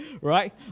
right